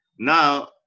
Now